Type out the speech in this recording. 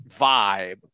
vibe